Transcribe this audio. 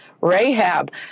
Rahab